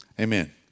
Amen